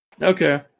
Okay